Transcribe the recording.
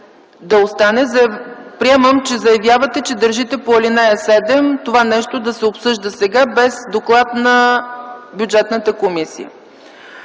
да остане – приемам, че заявявате, че държите по ал. 7 това нещо да се обсъжда сега без доклад на Бюджетната комисия.